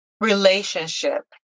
relationship